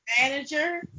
manager